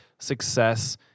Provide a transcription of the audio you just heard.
success